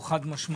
הוא חד משמעי,